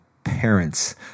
parents